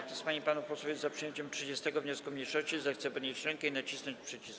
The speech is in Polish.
Kto z pań i panów posłów jest za przyjęciem 30. wniosku mniejszości, zechce podnieść rękę i nacisnąć przycisk.